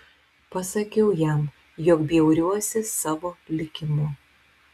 pasakiau jam jog bjauriuosi savo likimu